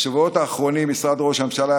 בשבועות האחרונים משרד ראש הממשלה,